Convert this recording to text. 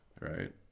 right